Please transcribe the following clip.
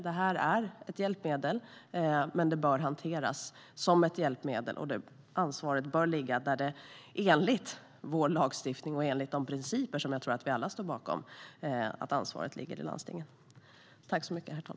Det är ett hjälpmedel, men det bör hanteras som ett sådant. Ansvaret för det bör ligga hos landstingen, enligt vår lagstiftning och de principer som jag tror att vi alla står bakom.